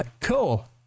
cool